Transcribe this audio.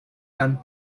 and